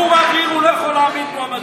הוא רב עיר, הוא לא יכול להעמיד מועמדות.